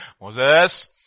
Moses